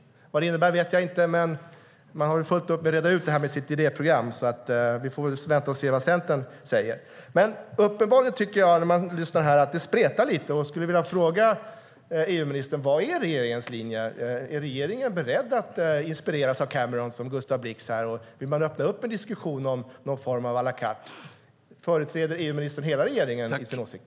Vad det innebär vet jag inte. Man har väl fullt upp med att reda ut det här med idéprogrammet, så vi får vänta och se vad Centern säger. Jag tycker när jag lyssnar här att det är uppenbart att det spretar lite, och jag vill fråga EU-ministern: Vad är regeringens linje? Är regeringen beredd att liksom Gustav Blix inspireras av Cameron, och vill man öppna för en diskussion om någon form av à la carte? Företräder EU-ministern hela regeringen i sin åsikt?